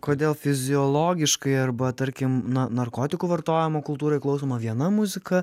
kodėl fiziologiškai arba tarkim na narkotikų vartojimo kultūroj klausoma viena muzika